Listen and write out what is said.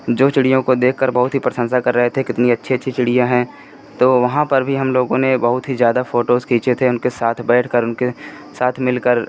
जो चिड़ियों को देखकर बहुत ही प्रशंसा कर रहे थे कितनी अच्छी अच्छी चिड़ियाँ हैं तो वहाँ पर भी हम लोगों ने बहुत ही ज़्यादा फ़ोटोज़ खींचे थे उनके साथ बैठकर उनके साथ मिलकर